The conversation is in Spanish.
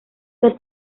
que